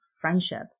friendship